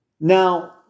Now